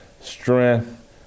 strength